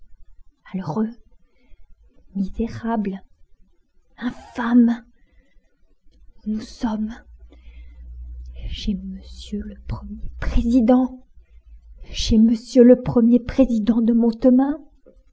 malheureux misérable infâme où nous sommes chez monsieur le premier président chez monsieur le premier président de